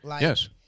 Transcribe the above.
Yes